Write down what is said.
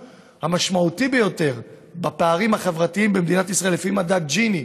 המשמעותי ביותר בפערים החברתיים במדינת ישראל לפי מדד ג'יני,